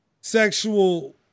sexual